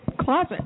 closet